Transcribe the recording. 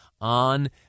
on